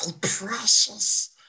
precious